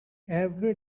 every